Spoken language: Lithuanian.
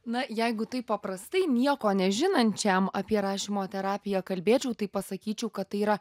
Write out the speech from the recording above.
na jeigu taip paprastai nieko nežinančiam apie rašymo terapiją kalbėčiau tai pasakyčiau kad tai yra